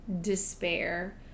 despair